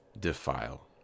defile